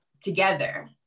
together